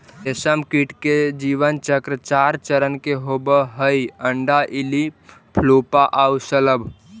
रेशमकीट के जीवन चक्र चार चरण के होवऽ हइ, अण्डा, इल्ली, प्यूपा आउ शलभ